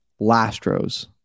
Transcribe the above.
Lastros